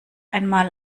einmal